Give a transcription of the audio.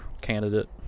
candidate